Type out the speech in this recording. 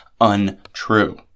untrue